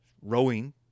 rowing